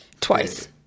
Twice